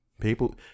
people